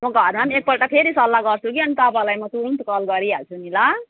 म घरमा पनि एकपल्ट फेरि सल्लाह गर्छु कि अनि तपाईँलाई म तुरुन्त कल गरिहाल्छु नि ल